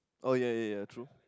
oh ya ya ya true